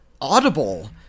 audible